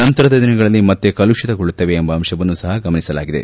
ನಂತರದ ದಿನಗಳಲ್ಲಿ ಮತ್ತೆ ಕಲುಷಿತಗೊಳ್ಳುತ್ತದೆ ಎಂಬ ಅಂಶವನ್ನು ಸಹ ಗಮನಿಸಲಾಗಿದೆ